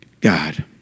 God